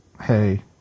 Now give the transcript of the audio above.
Hey